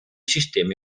sistemi